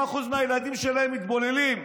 70% מהילדים שלהם מתבוללים,